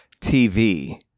TV